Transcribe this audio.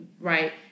right